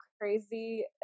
crazy